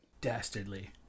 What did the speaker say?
Dastardly